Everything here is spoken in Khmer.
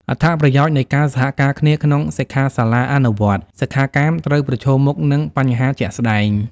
អត្ថប្រយោជន៍នៃការសហការគ្នាក្នុងសិក្ខាសាលាអនុវត្តន៍ សិក្ខាកាមត្រូវប្រឈមមុខនឹងបញ្ហាជាក់ស្ដែង។